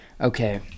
Okay